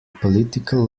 political